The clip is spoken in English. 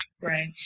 Right